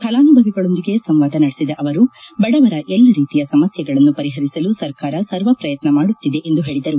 ಫಲಾನುಭವಿಗಳೊಂದಿಗೆ ಸಂವಾದ ನಡೆಸಿದ ಅವರು ಬಡವರ ಎಲ್ಲ ರೀತಿಯ ಸಮಸ್ಥೆಗಳನ್ನು ಪರಿಹರಿಸಲು ಸರ್ಕಾರ ಸರ್ವ ಪ್ರಯತ್ನ ಮಾಡುತ್ತಿದೆ ಎಂದು ಹೇಳಿದರು